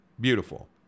beautiful